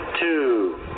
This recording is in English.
two